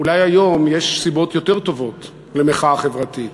אולי היום יש סיבות יותר טובות למחאה חברתית.